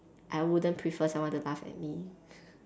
I wouldn't prefer someone to laugh at me